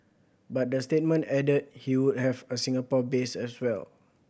but the statement added he would have a Singapore base as well